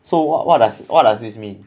so what what does what does this mean